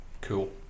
Cool